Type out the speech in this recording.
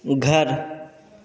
घर